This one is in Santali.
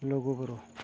ᱞᱩᱜᱩᱼᱵᱩᱨᱩ